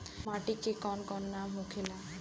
माटी के कौन कौन नाम होखे ला?